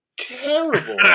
terrible